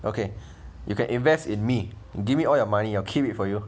okay you can invest in me give me all your money I'll keep it for you